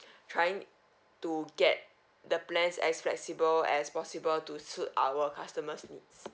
trying to get the plans as flexible as possible to suit our customers' needs